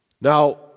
now